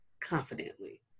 confidently